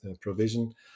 provision